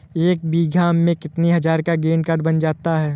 एक बीघा में कितनी हज़ार का ग्रीनकार्ड बन जाता है?